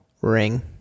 ring